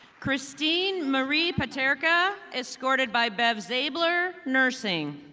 kristine marie but materka, escorted by bev zabler, nursing.